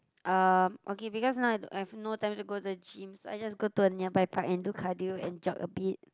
um okay because now I have no time to go to the gym so I just go to a nearby park and do cardio and jog a bit